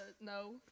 no